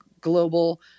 global